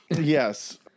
Yes